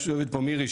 יושבת פה מירי,